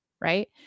right